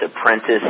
Apprentice